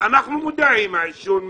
אנחנו מודעים העישון מזיק,